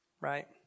Right